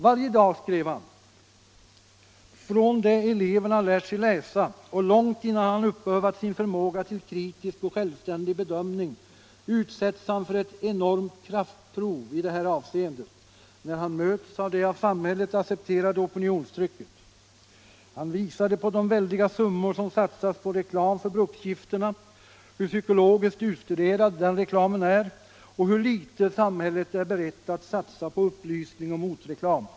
Varje dag, skrev han, från det eleven har lärt sig läsa och långt innan han uppövat sin förmåga till kritisk och självständig bedömning, utsätts han för ett enormt kraftprov i det här avseendet, när han möts av det av samhället accepterade opinionstrycket. Hans Löwbeer visade på de väldiga summor som satsas på reklam för bruksgifterna, hur psykologiskt utstuderad den reklamen är och hur litet samhället är berett att satsa på upplysning och motreklam.